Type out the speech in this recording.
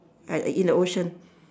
I I in the ocean